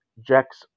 Jack's